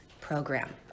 program